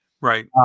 Right